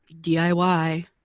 DIY